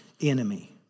enemy